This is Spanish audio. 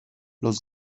los